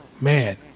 man